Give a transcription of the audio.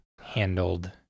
handled